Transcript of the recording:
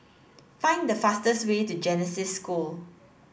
find the fastest way to Genesis School